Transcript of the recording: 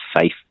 safe